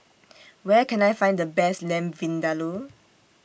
Where Can I Find The Best Lamb Vindaloo